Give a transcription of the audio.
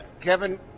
Kevin